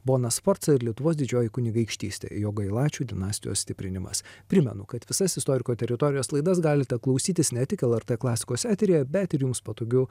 bona sforca ir lietuvos didžioji kunigaikštystė jogailaičių dinastijos stiprinimas primenu kad visas istoriko teritorijos laidas galite klausytis ne tik lrt klasikos eteryje bet ir jums patogiu